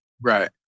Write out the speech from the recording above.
Right